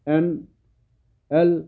N L